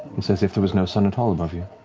it's as if there was no sun at all above you.